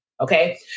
okay